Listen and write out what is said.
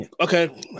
Okay